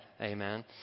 Amen